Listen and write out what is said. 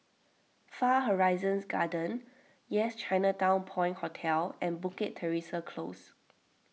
Far Horizon Gardens Yes Chinatown Point Hotel and Bukit Teresa Close